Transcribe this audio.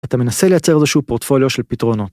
אתה מנסה לייצר איזשהו פורטפוליו של פתרונות.